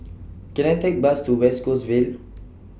Can I Take Bus to West Coast Vale